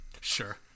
Sure